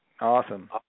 Awesome